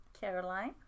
Caroline